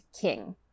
king